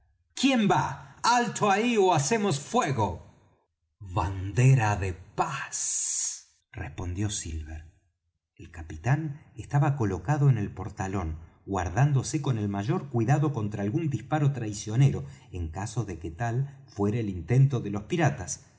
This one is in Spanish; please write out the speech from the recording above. quién va alto ahí ó hacemos fuego bandera de paz respondió silver el capitán estaba colocado en el portalón guardándose con el mayor cuidado contra algún disparo traicionero en caso de que tal fuera el intento de los piratas